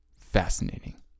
Fascinating